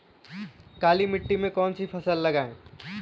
काली मिट्टी में कौन सी फसल लगाएँ?